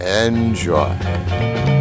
enjoy